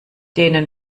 denen